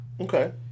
Okay